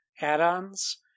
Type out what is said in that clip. add-ons